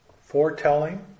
foretelling